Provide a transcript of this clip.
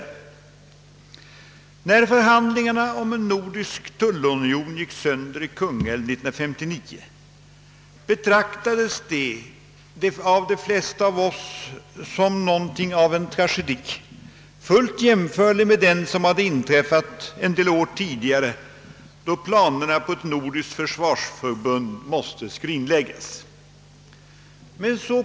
När förhandlingarna om en nordisk tullunion sprack i Kungälv 1959 betraktades detta av de flesta av oss som något av en tragedi, fullt jämförlig med den som hade inträffat några år tidigare då planerna på ett nordiskt försvarsförbund måste skrinläggas.